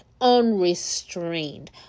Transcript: unrestrained